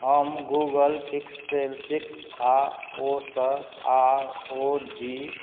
हम Google Pixel six आ ओसस आओर ओ जी